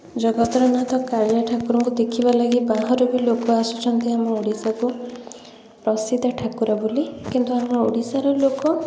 ଜଗତର ନାଥ କାଳିଆ ଠାକୁରଙ୍କୁ ଦେଖିବାର ଲାଗି ବାହାରୁ ବି ଲୋକ ଆସୁଛନ୍ତି ଆମ ଓଡ଼ିଶାକୁ ପ୍ରସିଦ୍ଧ ଠାକୁର ବୋଲି କିନ୍ତୁ ଆମ ଓଡ଼ିଶାର ଲୋକ